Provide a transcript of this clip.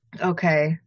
okay